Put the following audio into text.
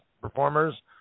performers